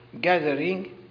gathering